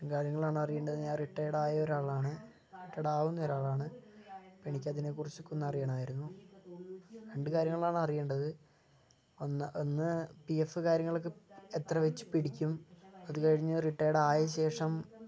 ഇത്രയും കാര്യങ്ങൾ ആണ് അറിയേണ്ടത് ഞാൻ റിട്ടയേർഡ് ആയ ഒരാളാണ് റിട്ടേഡാവുന്ന ഒരാളാണ് അപ്പം എനിക്ക് അതിനെക്കുറിച്ച് ഒക്കെ ഒന്ന് അറിയണമെന്നുണ്ട് രണ്ട് കാര്യങ്ങളാണറിയണ്ടത് ഒന്ന് ഒന്ന് പി എഫ് കാര്യങ്ങളക്കെ എത്ര വെച്ച് പിടിക്കും അത് കഴിഞ്ഞ് റിട്ടയേർഡ് ആയ ശേഷം